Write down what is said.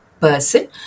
person